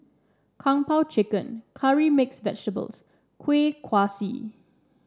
Kung Po Chicken Curry Mixed Vegetables Kuih Kaswi